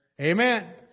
Amen